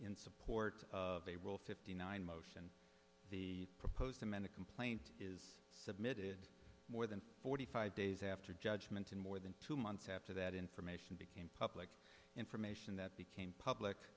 in support of a rule fifty nine motion the proposed amanda complaint is submitted more than forty five days after judgment and more than two months after that information became information that became public